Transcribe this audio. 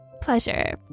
pleasure